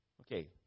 Okay